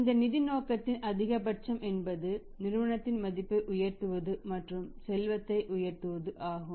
இந்த நிதி நோக்கத்தின் அதிகபட்சம் என்பது நிறுவனத்தின் மதிப்பை உயர்த்துவது மற்றும் செல்வத்தை உயர்த்துவது ஆகும்